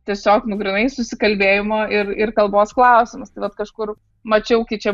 tiesiog nu grynai susikalbėjimo ir ir kalbos klausimas tai vat kažkur mačiau kai čia